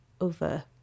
over